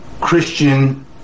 christian